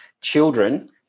children